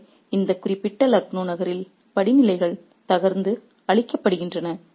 எனவே இந்த குறிப்பிட்ட லக்னோ நகரில் படிநிலைகள் தகர்த்து அழிக்கப்படுகின்றன